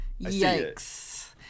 yikes